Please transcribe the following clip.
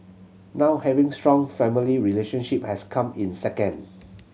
now having strong family relationship has come in second